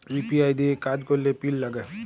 UPI দিঁয়ে কাজ ক্যরলে পিল লাগে